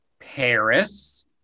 paris